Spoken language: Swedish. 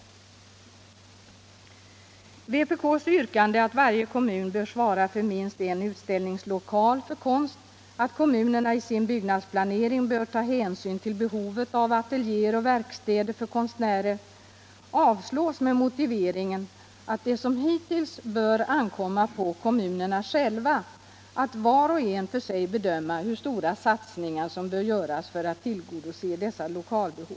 Vänsterpartiet kommunisternas yrkande att varje kommun bör svara för minst en utställningslokal för konst och att kommunerna i sin byggnadsplanering bör ta hänsyn till behovet av ateljéer och verkstäder för konstnärer avstyrks med motiveringen att det som hittills bör ankomma på kommunerna själva att var och en för sig bedöma hur stora satsningar som bör göras för att tillgodose dessa lokalbehov.